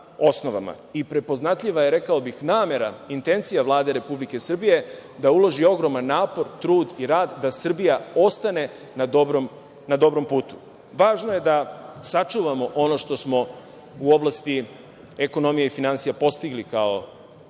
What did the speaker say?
Prepoznatljiva je, rekao bih, namera, intencija Vlade Republike Srbije da uloži ogroman napor, trud i rad da Srbija ostane na dobrom putu. Važno je da sačuvamo ono što smo u oblasti ekonomije i finansija postigli, kao veoma